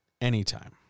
Anytime